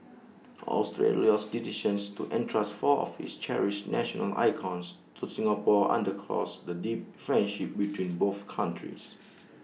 Australia's decision to entrust four of its cherished national icons to Singapore underscores the deep friendship between both countries